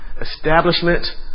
Establishment